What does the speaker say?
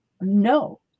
no